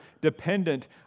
dependent